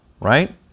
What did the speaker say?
right